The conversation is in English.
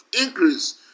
increase